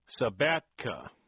Sabatka